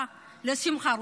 תרשה לי,